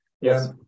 Yes